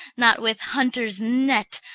not with hunter's net,